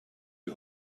you